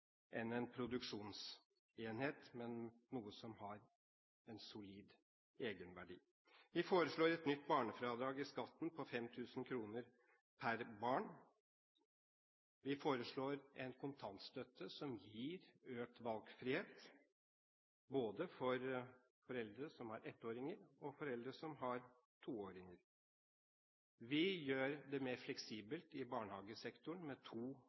en produksjonsenhet, noe som har en solid egenverdi. Vi foreslår et nytt barnefradrag i skatten på 5 000 kr per barn. Vi foreslår en kontantstøtte som gir økt valgfrihet, både for foreldre som har ettåringer og foreldre som har toåringer. Vi gjør det mer fleksibelt i barnehagesektoren, med to